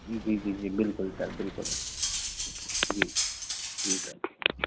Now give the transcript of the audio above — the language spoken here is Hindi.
जी जी जी बिल्कुल सर बिल्कुल जी ठीक है